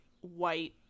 white